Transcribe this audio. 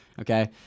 okay